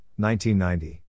1990